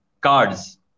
cards